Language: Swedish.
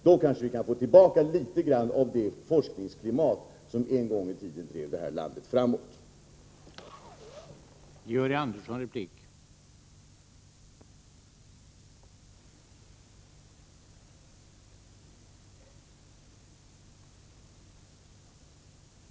Då kanske vi kan få 4 juni 1985 tillbaka litet grand av det forskningsklimat som en gång i tiden drev det här landet framåt. Vissa för forskning